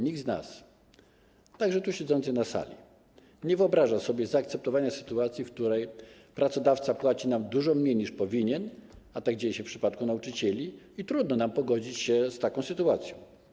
Nikt z nas, także siedzących tu, na sali, nie wyobraża sobie zaakceptowania sytuacji, w której pracodawca płaci nam dużo mniej, niż powinien, a tak dzieje się w przypadku nauczycieli, i trudno nam pogodzić się z taką sytuacją.